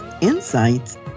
insights